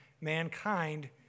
mankind